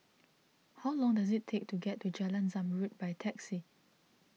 how long does it take to get to Jalan Zamrud by taxi